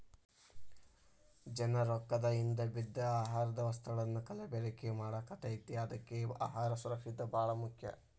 ಜನಾ ರೊಕ್ಕದ ಹಿಂದ ಬಿದ್ದ ಆಹಾರದ ವಸ್ತುಗಳನ್ನಾ ಕಲಬೆರಕೆ ಮಾಡಾಕತೈತಿ ಅದ್ಕೆ ಅಹಾರ ಸುರಕ್ಷಿತ ಬಾಳ ಮುಖ್ಯ